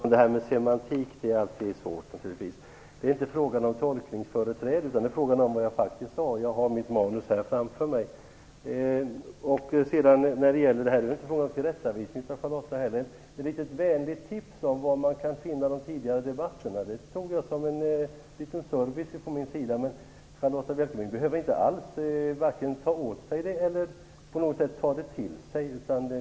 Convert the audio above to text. Herr talman! Det här med semantik är naturligtvis alltid svårt. Det är inte fråga om tolkningsföreträde. Det är fråga om vad jag faktiskt sade. Jag har mitt manus framför mig. Det är inte fråga om en tillrättavisning av Charlotta Bjälkebring. Det var ett litet vänligt tips om var man kan finna de tidigare debatterna. Det tog jag som en liten service från min sida. Men Charlotta Bjälkebring behöver inte alls ta åt sig eller på något sätt ta det till sig.